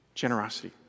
generosity